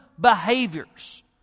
behaviors